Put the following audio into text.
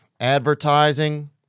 advertising